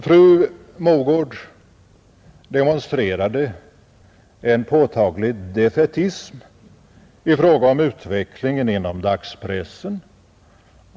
Fru Mogård demonstrerade en påtaglig defaitism i fråga om utvecklingen inom dagspressen.